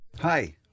Hi